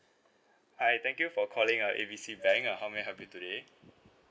hi thank you for calling uh A B C bank uh how may I help you today